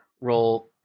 roll